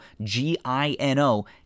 G-I-N-O